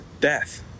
death